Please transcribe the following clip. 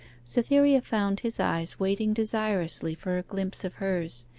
cytherea found his eyes waiting desirously for a glimpse of hers,